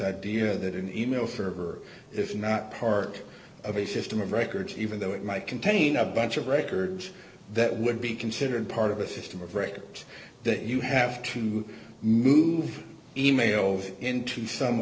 idea that an e mail for if not part of a system of records even though it might contain a bunch of records that would be considered part of a system of records that you have to move e mail into some